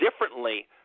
differently